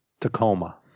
Tacoma